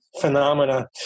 phenomena